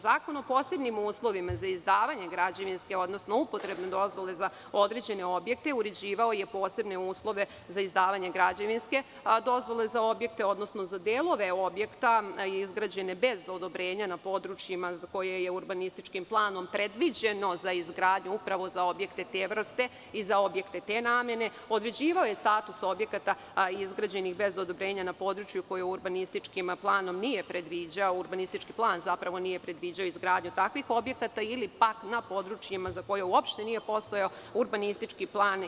Zakon o posebnim uslovima za izdavanje građevinske odnosno upotrebne dozvole za određene objekte uređivao je posebne uslove za izdavanje građevinske dozvole za objekte odnosno za delove objekta izgrađene bez odobrenja na područjima koja su urbanističkim planom predviđena za izgradnju, upravo za objekte te vrste i za objekte te namene i određivao je status objekata izgrađenih bez odobrenja na područjima koje urbanistički plan nije predviđao ili pak na područjima za koje uopšte nije postojao urbanistički plan.